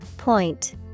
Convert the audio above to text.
Point